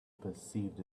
perceived